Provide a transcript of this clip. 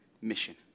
mission